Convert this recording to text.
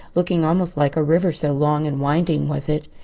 looking almost like a river so long and winding was it.